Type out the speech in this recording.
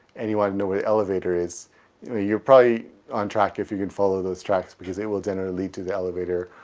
and you want to know where the elevator is you're probably on track if you can follow those tracks, because they will generally lead to the elevator,